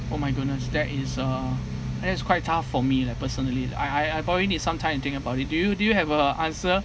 oh my goodness that is uh and then it's quite tough for me leh personally lah I I I probably need some time to think about it do do you have a answer